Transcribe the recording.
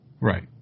right